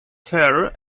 hair